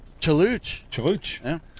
Chalooch